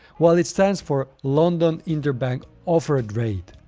well, it stands for london inter-bank offered rate.